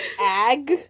Ag